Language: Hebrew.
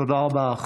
תודה רבה.